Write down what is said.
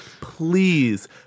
please